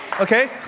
okay